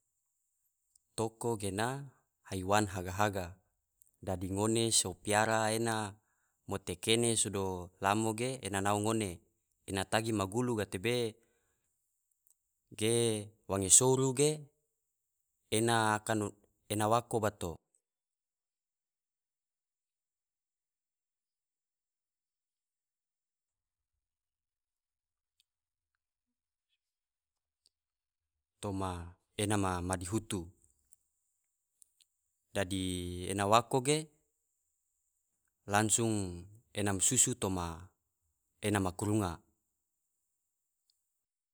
Toko gena haiwan haga-haga, dadi ngone so piara ena mote kene sodo lamo ge ena nao ngona, ena tagi ma gulu gatebe ge wange soru ge ena akan wako bato toma ena ma dihitu, dadi ena wako ge ena masusu toma ena ma kurunga.